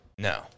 No